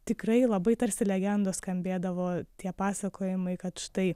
tikrai labai tarsi legendos skambėdavo tie pasakojimai kad štai